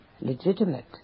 legitimate